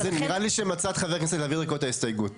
אז נראה לי שמצאת חבר כנסת להעביר דרכו את ההסתייגות.